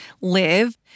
live